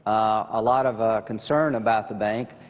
a lot of ah concern about the bank.